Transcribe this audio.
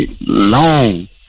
long